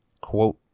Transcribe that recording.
quote